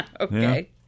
Okay